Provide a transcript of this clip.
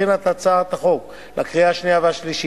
שהכינה את הצעת החוק לקריאה השנייה והשלישית,